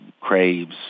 craves